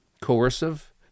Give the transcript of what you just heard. coercive